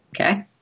Okay